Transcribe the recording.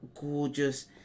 gorgeous